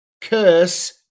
curse